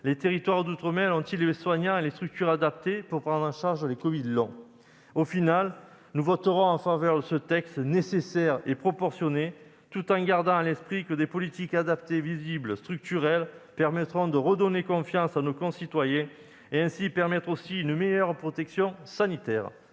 les territoires d'outre-mer ont-ils des soignants et des structures adaptées pour prendre en charge les personnes atteintes de covid long ? Nous voterons en faveur de ce texte nécessaire et proportionné, tout en gardant à l'esprit que des politiques adaptées, visibles, structurelles permettront de redonner confiance à nos concitoyens et contribueront également à une meilleure protection sanitaire.